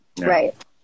right